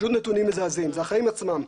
פשוט נתונים מזעזעים, זה החיים עצמם.